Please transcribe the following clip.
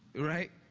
right?